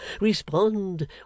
respond